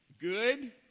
Good